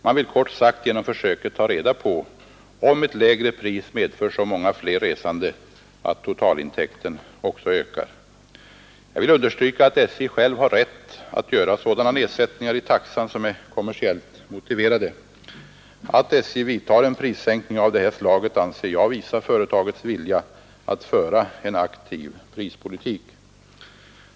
SJ vill genom försöket helt enkelt ta reda på om ett lägre pris medför så många fler resande att totalintäkten ökar. Jag vill understryka att SJ har rätt att självt göra sådana nedsättningar i taxan som är kommersiellt motiverade, och jag anser att en prissänkning av det här slaget visar SJ:s vilja att föra en aktiv prispolitik.